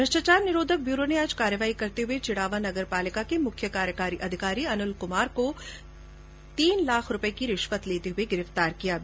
भ्रष्टाचार ॅनिरोधक ब्यूरो ने आज कार्यवाही करते हुए चिड़ावा नगरपालिका के मुख्य कार्यकारी अधिकारी अनिल कुमार चौधरी को तीन लाख रुपये की रिश्वत लेते गिरफ्तार किया है